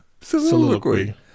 Soliloquy